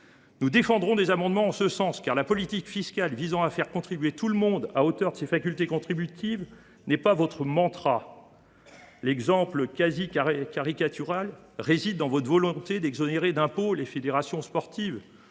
Nous défendrons des amendements en ce sens, car la politique fiscale visant à faire contribuer tout le monde à la hauteur de ses facultés contributives n’est pas votre mantra, monsieur le ministre. L’exemple quasi caricatural en est votre volonté d’exonérer d’impôts les fédérations sportives.